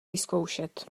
vyzkoušet